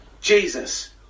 Jesus